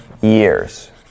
years